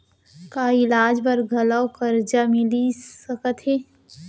का इलाज बर घलव करजा मिलिस सकत हे?